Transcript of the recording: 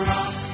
Rock